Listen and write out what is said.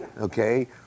Okay